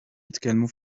jitkellmu